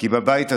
כי בבית הזה,